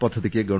പദ്ധതിക്ക് ഗവ